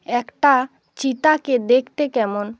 একটা চিতাকে দেখতে কেমন